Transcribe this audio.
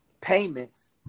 payments